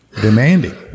demanding